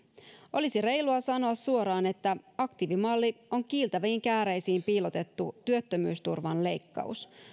olisi reilua sanoa suoraan että aktiivimalli on kiiltäviin kääreisiin piilotettu työttömyysturvan leikkaus